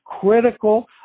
critical